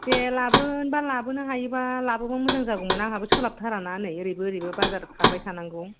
दे लाबोनोबा लाबोनो हायोबा लाबोबा मोजां जागौमोन आंहाबो सोलाबथारा ना नै ओरैबो ओरैबो बाजार खारबाय थानांगौ